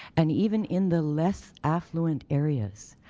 and even in the less affluent areas,